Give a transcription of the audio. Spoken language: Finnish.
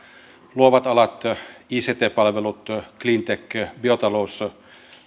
luovat alat ict palvelut cleantech biotalous